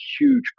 huge